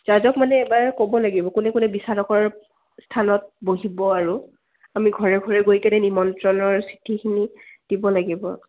জাজক মানে এবাৰ ক'ব লাগিব কোনে কোনে বিচাৰকৰ স্থানত বহিব আৰু আমি ঘৰে ঘৰে গৈ কেনে নিমন্ত্ৰণৰ চিঠিখিনি দিব লাগিব